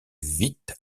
vite